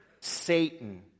Satan